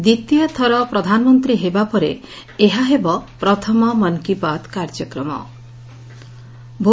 ଦ୍ୱିତୀୟଥର ପ୍ରଧାନମନ୍ତୀ ହେବା ପରେ ଏହା ହେବ ପ୍ରଥମ ମନ୍ କି ବାତ୍ କାର୍ଯ୍ୟକ୍ମ